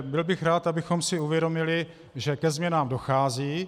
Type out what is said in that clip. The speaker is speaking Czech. Byl bych rád, abychom si uvědomili, že ke změnám dochází.